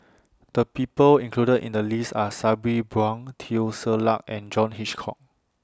The People included in The list Are Sabri Buang Teo Ser Luck and John Hitchcock